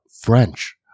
French